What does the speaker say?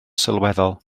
sylweddol